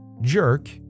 Jerk